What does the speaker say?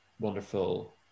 wonderful